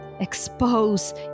expose